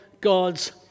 God's